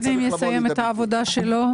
בנתיים משרד הפנים יסיים את העבודה שלו,